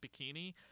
bikini